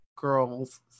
girls